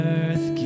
earth